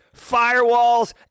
Firewalls